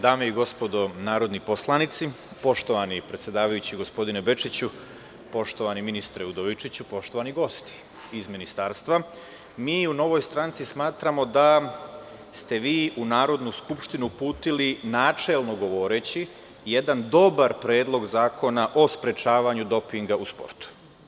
Dame i gospodo narodni poslanici, poštovani predsedavajući gospodine Bečiću, poštovani ministre Udovičiću, poštovani gosti iz ministarstva, mi u Novoj stranci smatramo da ste vi u Narodnu skupštinu uputili, načelno govoreći, jedan dobar Predlog zakona o sprečavanju dopinga u sportu.